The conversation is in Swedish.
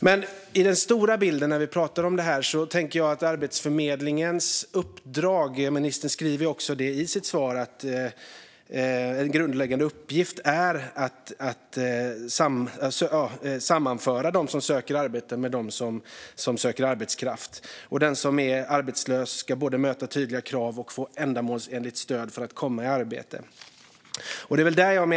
Ministern sa i sitt svar att en grundläggande uppgift för Arbetsförmedlingen är att sammanföra dem som söker arbete med dem som söker arbetskraft samt att den som är arbetslös både ska möta tydliga krav och få ändamålsenligt stöd för att komma i arbete.